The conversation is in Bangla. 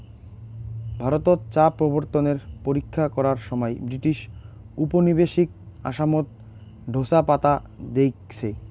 ভারতত চা প্রবর্তনের পরীক্ষা করার সমাই ব্রিটিশ উপনিবেশিক আসামত ঢোসা পাতা দেইখছে